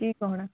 କି ଗହଣା